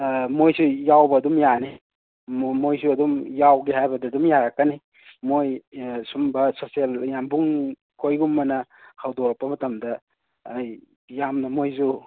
ꯃꯣꯏꯁꯨ ꯌꯥꯎꯕ ꯑꯗꯨꯝ ꯌꯥꯅꯤ ꯃꯣꯏꯁꯨ ꯑꯗꯨꯝ ꯌꯥꯎꯒꯦ ꯍꯥꯏꯕꯗ ꯑꯗꯨꯝ ꯌꯥꯔꯛꯀꯅꯤ ꯃꯣꯏ ꯁꯨꯝꯕ ꯁꯣꯁꯦꯜ ꯌꯥꯝꯕꯨꯡ ꯈꯣꯏꯒꯨꯝꯕꯅ ꯍꯧꯗꯣꯔꯛꯄ ꯃꯇꯝꯗ ꯌꯥꯝꯅ ꯃꯣꯏꯁꯨ